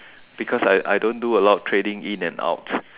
because I I don't do a lot of tradings in and out